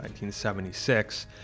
1976